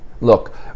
Look